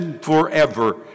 forever